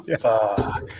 Fuck